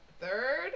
third